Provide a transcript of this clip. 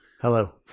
Hello